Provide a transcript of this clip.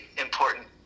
important